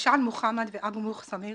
חשאן מוחמד ואבו מוך סמיר